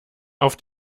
auf